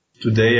today